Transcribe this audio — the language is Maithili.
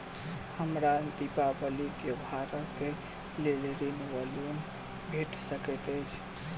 हमरा दिपावली त्योहारक लेल ऋण वा लोन भेट सकैत अछि?